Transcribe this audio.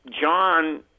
John